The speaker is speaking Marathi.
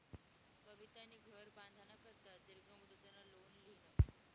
कवितानी घर बांधाना करता दीर्घ मुदतनं लोन ल्हिनं